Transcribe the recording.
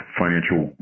financial